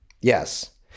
Yes